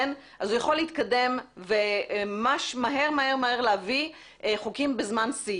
הוא יכול להתקדם וממש ממש מהר להביא חוקים בזמן שיא.